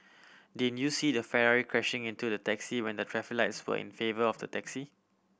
did you see the Ferrari crashing into the taxi when the traffic lights were in favour of the taxi